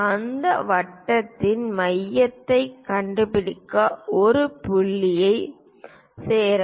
அந்த வட்டத்தின் மையத்தைக் கண்டுபிடிக்க இந்த புள்ளிகளில் சேரவும்